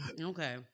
Okay